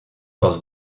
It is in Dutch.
was